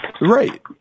Right